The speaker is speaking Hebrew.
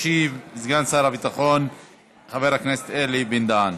ישיב סגן שר הביטחון חבר הכנסת אלי בן-דהן.